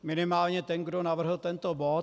Minimálně ten, kdo navrhl tento bod.